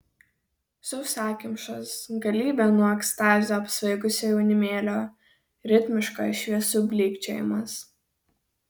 sausakimšas galybė nuo ekstazio apsvaigusio jaunimėlio ritmiškas šviesų blykčiojimas